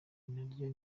naryo